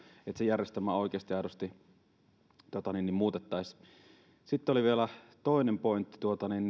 että se järjestelmä oikeasti ja aidosti muutettaisiin sitten oli vielä toinen pointti